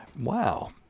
Wow